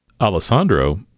Alessandro